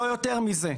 לא יותר מזה.